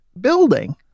building